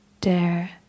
dare